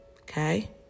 okay